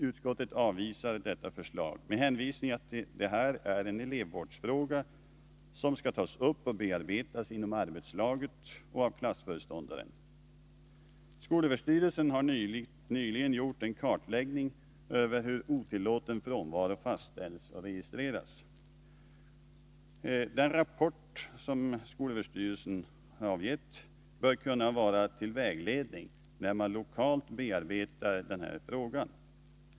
Utskottet avvisar detta förslag med hänvisning till att detta är en elevvårdsfråga som skall tas upp och bearbetas inom arbetslaget och av klassföreståndaren. Skolöverstyrelsen har nyligen gjort en kartläggning över hur otillåten frånvaro fastställs och registreras. Den rapporten bör kunna vara till vägledning när man lokalt bearbetar denna fråga.